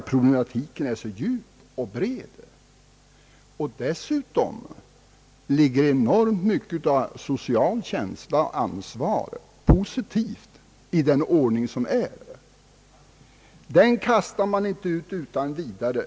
Ty problematiken är så djup och bred, och dessutom ligger enormt mycket av social känsla och ansvar, positivt, i den ordning som råder, att man inte bör kasta bort den utan vidare.